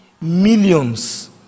millions